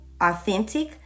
authentic